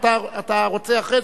אתה רוצה אחרי זה?